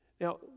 Now